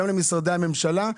גם למשרדי הממשלה,